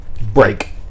break